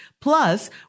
plus